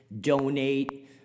donate